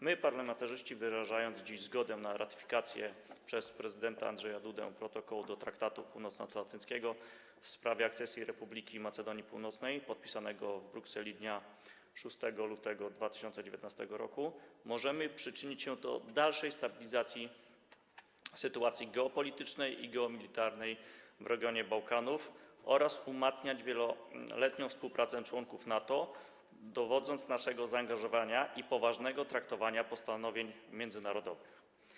My, parlamentarzyści, wyrażając dziś zgodę na ratyfikację przez prezydenta Andrzeja Dudę Protokołu do Traktatu Północnoatlantyckiego w sprawie akcesji Republiki Macedonii Północnej, podpisanego w Brukseli dnia 6 lutego 2019 r., możemy przyczynić się do dalszej stabilizacji sytuacji geopolitycznej i geomilitarnej w regionie Bałkanów oraz umocnić wieloletnią współpracę członów NATO, dowodząc naszego zaangażowania i poważnego traktowania postanowień międzynarodowych.